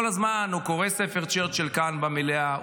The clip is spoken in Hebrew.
כל הזמן הוא קורא ספר של צ'רצ'יל כאן במליאה,